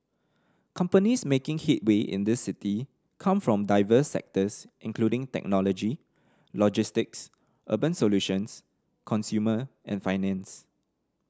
companies making headway in this city come from diverse sectors including technology logistics urban solutions consumer and finance